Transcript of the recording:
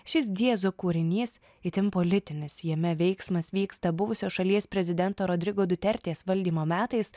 šis diezo kūrinys itin politinis jame veiksmas vyksta buvusio šalies prezidento rodrigo dutertės valdymo metais